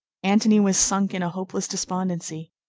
antony was sunk in a hopeless despondency.